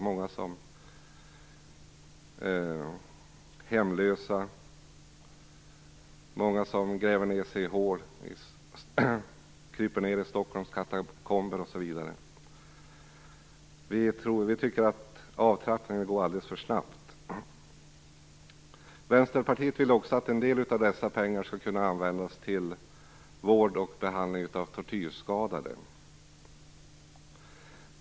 Många är hemlösa. Många gräver ned sig i hål. Man kryper ned i Stockholms "katakomber" osv. Vi tycker att avtrappningen går alldeles för snabbt. Vänsterpartiet vill också att en del av de här pengarna skall kunna användas till vård och behandling av tortyrskadade.